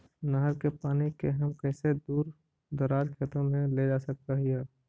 नहर के पानी के हम कैसे दुर दराज के खेतों में ले जा सक हिय?